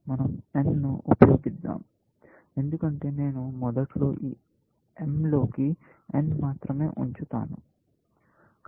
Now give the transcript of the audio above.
మనం n ను ఉపయోగిద్దాం ఎందుకంటే నేను మొదట్లో ఈ M లోకి n మాత్రమే ఉంచుతాను